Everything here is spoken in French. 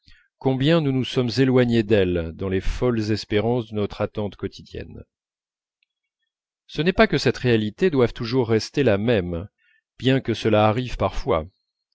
combien nous nous sommes éloignés d'elle dans les folles espérances de notre attente quotidienne ce n'est pas que cette réalité doive toujours rester la même bien que cela arrive parfois